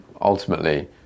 ultimately